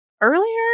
earlier